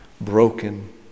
broken